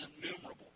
innumerable